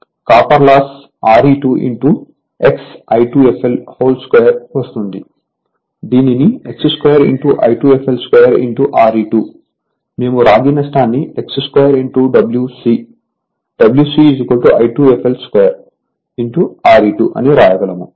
copper loss Re2 2 వస్తుంది దీనిని X2 I2fl2 Re2 మేము రాగి నష్టాన్ని X2 Wc Wc I2fl 2 Re2 అని వ్రాయగలము